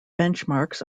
benchmarks